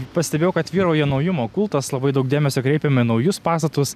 pastebėjau kad vyrauja naujumo kultas labai daug dėmesio kreipiam į naujus pastatus